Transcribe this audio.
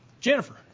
Jennifer